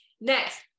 Next